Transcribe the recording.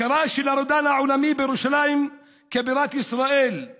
הכרה של הרודן העולמי בירושלים כבירת ישראל היא